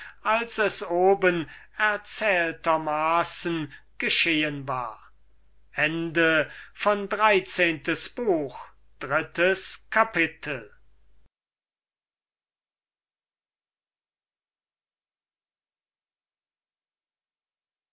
als es obenerzählter maßen geschehen war viertes kapitel